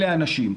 אלה האנשים.